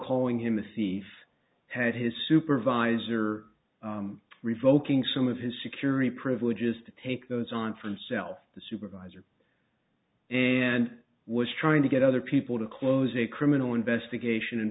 calling him a thief had his supervisor revoking some of his security privileges to take those on from self the supervisor and was trying to get other people to close a criminal investigation and